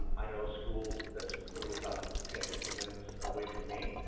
i know a school that's literally about ten, fifteen minutes away from me